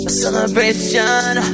celebration